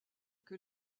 que